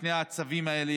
שני הצווים האלה,